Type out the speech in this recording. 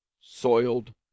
soiled